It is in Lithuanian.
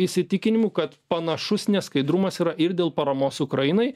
įsitikinimu kad panašus neskaidrumas yra ir dėl paramos ukrainai